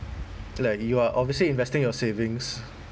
like you are obviously investing your savings